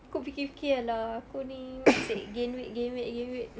aku fikir fikir lah aku ni asyik gain weight gain weight gain weight